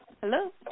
Hello